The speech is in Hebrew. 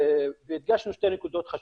והדגשנו שתי נקודות חשובות.